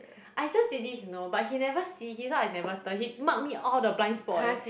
I just did this you know but he never see he thought I never turn he mark me all the blind spot eh